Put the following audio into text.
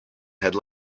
had